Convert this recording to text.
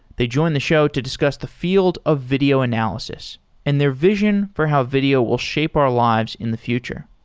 they join the show to discuss the field of video analysis and their vision for how video will shape our lives in the future.